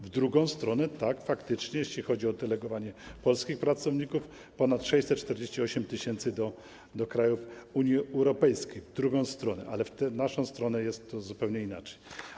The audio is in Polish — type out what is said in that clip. W drugą stronę, tak, faktycznie, jeśli chodzi o delegowanie polskich pracowników, ponad 648 tys. do krajów Unii Europejskiej, ale w naszą stronę jest zupełnie inaczej.